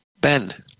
Ben